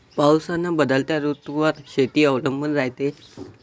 पाऊस अन बदलत्या ऋतूवर शेती अवलंबून रायते